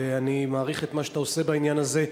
ואני מעריך את מה שאתה עושה בעניין הזה.